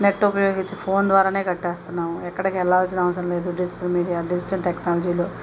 net ఉపయోగించి phone ద్వారా కడుతున్నాము ఎక్కడికి వెళ్ళాల్సిన అవసరం లేదు డిజిటల్ మీడియా డిజిటల్ టెక్నాలజీలో